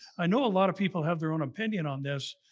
i know a lot of people have their own opinion on this,